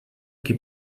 que